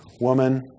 woman